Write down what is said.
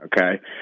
Okay